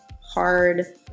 hard